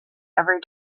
every